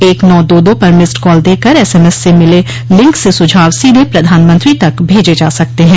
एक नौ दो दो पर मिस्ड कॉल देकर एसएमएस से मिले लिंक से सुझाव सीधे प्रधानमंत्री तक भेजे जा सकते हैं